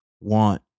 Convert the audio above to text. want